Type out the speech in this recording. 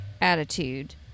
attitude